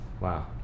Wow